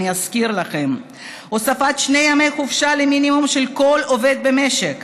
אני אזכיר לכם: הוספת שני ימי חופשה למינימום של כל עובד במשק,